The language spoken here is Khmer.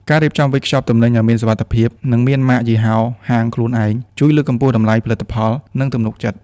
ការរៀបចំវេចខ្ចប់ទំនិញឱ្យមានសុវត្ថិភាព និងមានម៉ាកយីហោហាងខ្លួនឯង ជួយលើកកម្ពស់តម្លៃផលិតផល និងទំនុកចិត្ត។